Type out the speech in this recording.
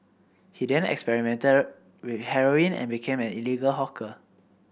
he then experimented with heroin and became an illegal hawker